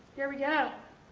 here we go.